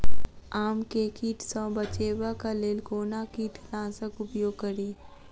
आम केँ कीट सऽ बचेबाक लेल कोना कीट नाशक उपयोग करि?